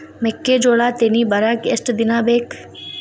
ಮೆಕ್ಕೆಜೋಳಾ ತೆನಿ ಬರಾಕ್ ಎಷ್ಟ ದಿನ ಬೇಕ್?